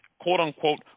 quote-unquote